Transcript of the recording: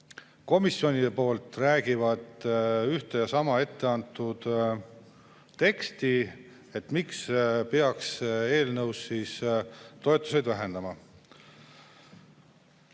komisjonide poolt räägivad ühte ja sama etteantud teksti, miks peaks eelnõus toetusi vähendama.